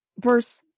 verse